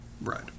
right